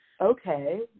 Okay